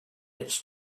its